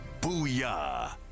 booyah